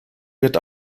wird